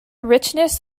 richness